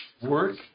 work